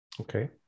Okay